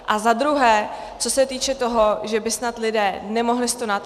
A zadruhé co se týče toho, že by snad lidé nemohli stonat.